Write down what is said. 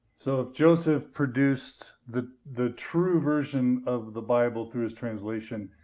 so if joseph produced the the true version of the bible through his translation,